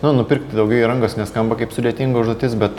na nupirkti daugiau įrangos neskamba kaip sudėtinga užduotis bet